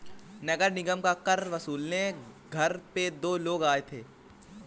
नगर निगम का कर वसूलने घर पे दो लोग आए थे